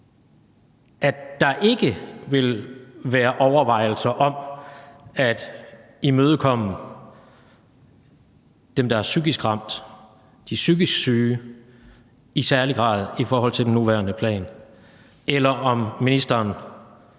at der ikke vil blive gjort overvejelser om at imødekomme dem, der er psykisk ramt, de psykisk syge, i særlig grad i forhold til den nuværende plan, selv om han